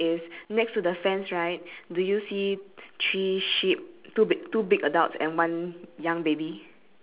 that's the next next difference so you can circle the wo~ that thing next to the barn ah ya I mean next to the farm because you don't have the signboard